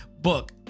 book